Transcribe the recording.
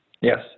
Yes